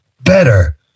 better